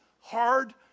hard